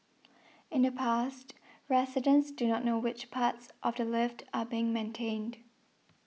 in the past residents do not know which parts of the lift are being maintained